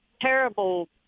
terrible